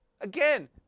Again